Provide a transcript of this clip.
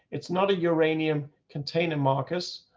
it's not a uranium containing marcus,